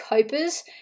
copers